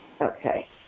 okay